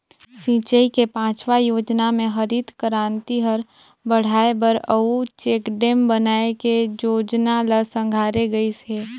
सिंचई के पाँचवा योजना मे हरित करांति हर बड़हाए बर अउ चेकडेम बनाए के जोजना ल संघारे गइस हे